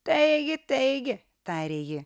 taigi taigi tarė ji